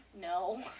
No